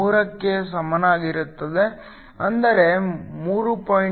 3 ಕ್ಕೆ ಸಮನಾಗಿರುತ್ತದೆ ಅಂದರೆ 3